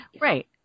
right